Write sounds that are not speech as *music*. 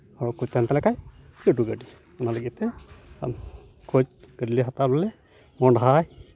ᱦᱚᱲᱠᱚ ᱛᱟᱦᱮᱱ ᱛᱟᱞᱮ ᱠᱷᱟᱡ ᱞᱟᱹᱴᱩ ᱜᱟᱹᱰᱤ ᱚᱱᱟ ᱞᱟᱹᱜᱤᱫ ᱛᱮ ᱠᱷᱚᱡ ᱜᱟᱹᱰᱤ ᱞᱮ ᱦᱟᱛᱟᱣᱟᱞᱮ ᱢᱚᱦᱰᱟᱭ *unintelligible*